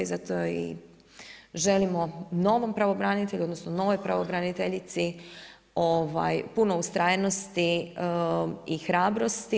Zato i želimo novom pravobranitelju, odnosno novoj pravobraniteljici puno ustrajnosti i hrabrosti.